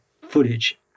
footage